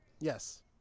Yes